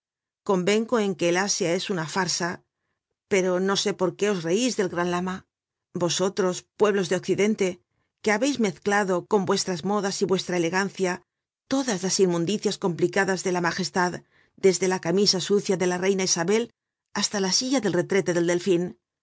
convengo en que el asia es una farsa pero no sé por qué os reis del gran lama vosotros pueblos de occidente que habeis mezclado con vuestras modas y vuestra elegancia todas las inmundicias complicadas de la magestad desde la camisa sucia de la reina isabel hasta la silla del retrete del delfín